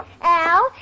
Al